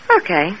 Okay